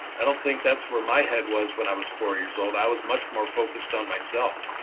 i don't think that's where my head was when i was four years old. i was much more focused on myself,